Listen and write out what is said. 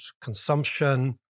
consumption